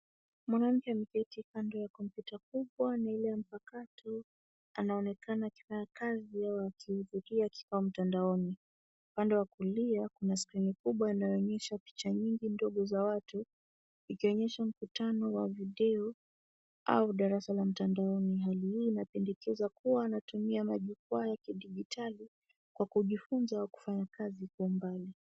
Mwanamke ameketi pande ya kompyuta kubwa na ile ya mpakato anaonekana akifanya kazi au akiufikia kibao mtandaoni. Upande wa kulia kuna skrini kubwa inayoonyesha picha nyingi ndogo za watu ikionyesha mkutano wa video au darasa la mtandaoni. Hali hii inapendekeza kuwa anatumia majukwaa ya kidijitali kwa kujifunza au kufanya kazi kwa umbali.